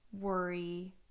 worry